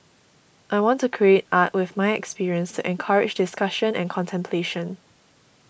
I want to create art with my experience to encourage discussion and contemplation